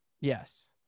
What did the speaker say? Yes